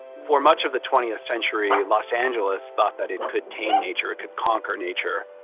for much of the twentieth century los angeles thought that it could tame nature, it could conquer nature.